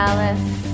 Alice